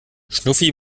schnuffi